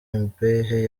imbehe